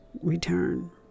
return